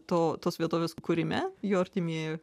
to tos vietovės kūrime jo artimieji